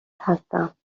هستم